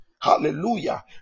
Hallelujah